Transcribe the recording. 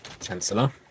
Chancellor